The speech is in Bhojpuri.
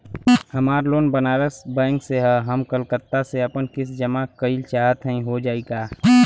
हमार लोन बनारस के बैंक से ह हम कलकत्ता से आपन किस्त जमा कइल चाहत हई हो जाई का?